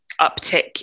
uptick